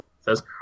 says